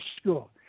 school